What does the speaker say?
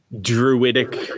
druidic